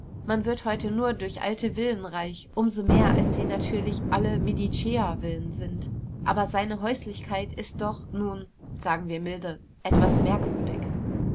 man wird heute nur durch alte villen reich um so mehr als sie natürlich alle mediceervillen sind aber seine häuslichkeit ist doch nun sagen wir milde etwas merkwürdig